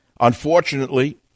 Unfortunately